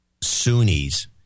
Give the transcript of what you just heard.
Sunnis